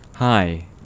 Hi